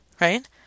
right